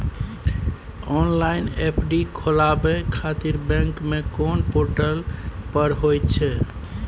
Online FD खोलाबय खातिर bank के कोन पोर्टल पर होए छै?